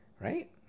right